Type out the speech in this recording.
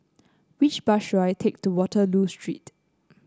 which bus should I take to Waterloo Street